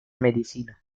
medicina